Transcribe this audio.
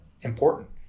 important